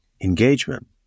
Engagement